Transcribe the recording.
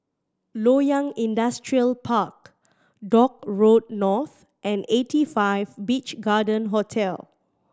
Loyang Industrial Park Dock Road North and Eighty Five Beach Garden Hotel